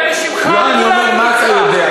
כל אדם זוכה לכך שיהא מלאכתו נעשית על-ידי אחרים".